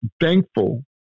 thankful